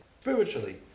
spiritually